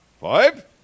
Five